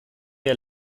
wir